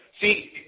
See